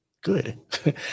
good